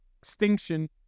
extinction